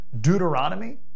Deuteronomy